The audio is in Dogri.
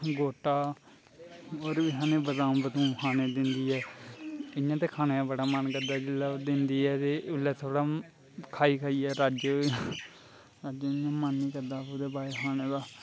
गोटा होर बी बदाम बदूम खाने गी दिंदी ऐ इ'यां ते खाने दा बड़ा मन करदा जिसलै ओह् दिंदी ऐ ते खाइयै खाइयै रज्ज होई जंदा उ'दे बाद खाने दा मन करदा ऐ